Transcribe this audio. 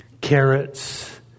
carrots